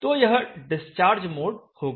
तो यह discharge mode होगा